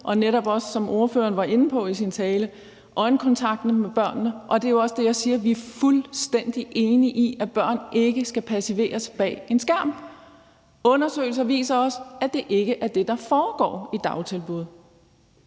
relation og, hvad ordføreren også var inde på i sin tale, øjenkontakt med børnene. Det er jo også det, jeg siger. Vi er fuldstændig enige om, at børn ikke skal pacificeres bag en skærm. Undersøgelser viser også, at det ikke er det, der foregår i dagtilbuddene.